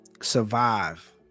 survive